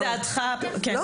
לכפות את דעתך --- לא,